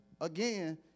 again